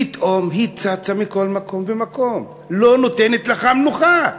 פתאום היא צצה מכל מקום ומקום, לא נותנת לך מנוחה.